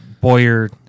Boyer